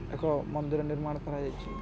ଏକ ମନ୍ଦିର ନିର୍ମାଣ କରାଯାଇଛି